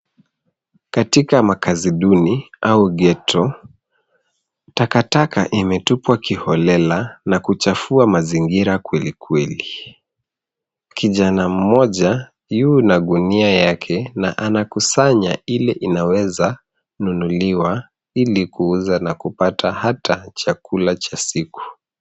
Katika makazi duni au ghetto , takataka imetupwa kiholela na kuchafua mazingira kwelikweli. Kijana mmoja yu na gunia yake na anakusanya ile inaweza nunuliwa ili kuuza na kupata hata chakula cha siku.